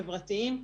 חברתיים,